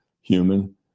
human